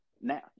now